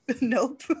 Nope